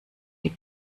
die